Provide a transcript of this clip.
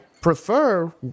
prefer